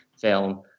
film